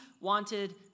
wanted